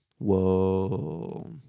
Whoa